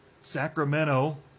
Sacramento